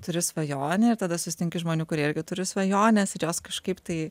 turi svajonę ir tada susitinki žmonių kurie irgi turi svajones ir jos kažkaip tai